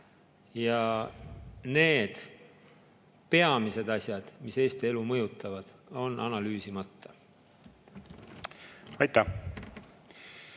Peamised asjad, mis Eesti elu mõjutavad, on analüüsimata. Aitäh!